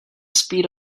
speed